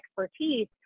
expertise